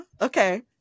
Okay